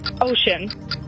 Ocean